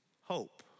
hope